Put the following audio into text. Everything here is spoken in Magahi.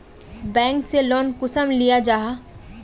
बैंक से लोन कुंसम लिया जाहा?